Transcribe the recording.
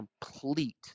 complete